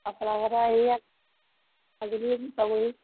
অফলাঘাটে আহিলে ইয়াত আবেলি পাবহি